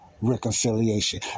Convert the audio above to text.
reconciliation